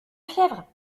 fièvre